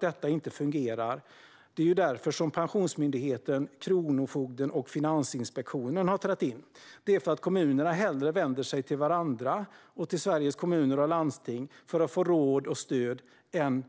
Det är därför som Pensionsmyndigheten, Kronofogden och Finansinspektionen har trätt in. Det är för att kommunerna hellre vänder sig till varandra och till Sveriges Kommuner och Landsting för att få råd och stöd än